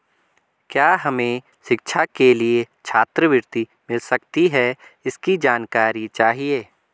क्या हमें शिक्षा के लिए छात्रवृत्ति मिल सकती है इसकी जानकारी चाहिए?